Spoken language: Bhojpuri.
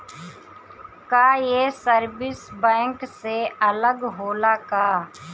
का ये सर्विस बैंक से अलग होला का?